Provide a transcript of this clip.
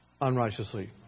unrighteously